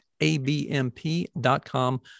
abmp.com